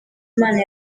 imana